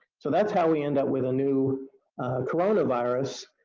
so that's how we end up with a new coronavirus